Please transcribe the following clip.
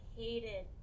hated